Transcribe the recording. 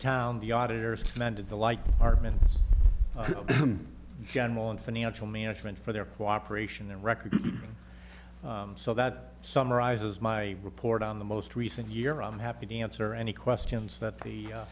town the auditors commended the like hartman general and financial management for their cooperation and record so that summarizes my report on the most recent year i'm happy to answer any questions that the